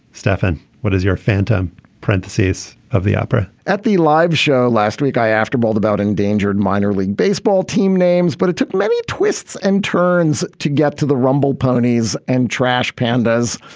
stefan, what does your phantom prentice's of the opera at the live show? last week, i after about endangered minor league baseball team names, but it took many twists and turns to get to the rumble ponies and trash pandas.